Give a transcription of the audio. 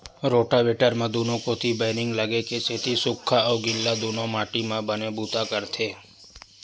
rotavator म दूनो कोती बैरिंग लगे के सेती सूख्खा अउ गिल्ला दूनो माटी म बने बूता करथे